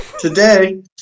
today